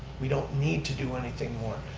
we don't need to do anything more.